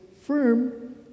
firm